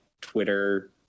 Twitter